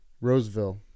Roseville